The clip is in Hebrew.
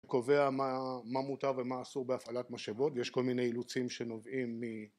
קובע מה מותר ומה אסור בהפעלת משאבות ויש כל מיני אילוצים שנובעים מ...